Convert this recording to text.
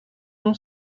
non